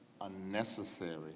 unnecessary